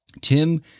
Tim